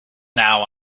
now